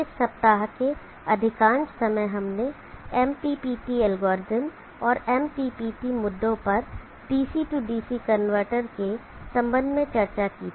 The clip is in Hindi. इस सप्ताह में अधिकांश समय हमने MPPT एल्गोरिदम और MPPT मुद्दों पर डीसी डीसी कनवर्टर के संबंध में चर्चा की थी